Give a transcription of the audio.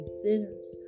sinners